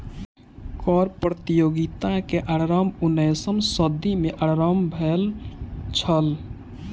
कर प्रतियोगिता के आरम्भ उन्नैसम सदी में आरम्भ भेल छल